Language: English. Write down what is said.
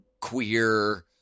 queer